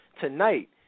tonight